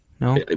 No